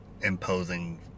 imposing